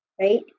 right